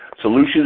Solutions